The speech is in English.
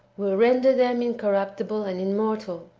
will render them incorruptible and immortal.